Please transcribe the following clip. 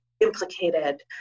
implicated